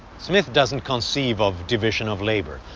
smith doesn't conceive of division of labor.